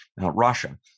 Russia